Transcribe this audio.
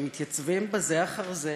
שמתייצבים בזה אחר זה